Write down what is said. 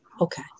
okay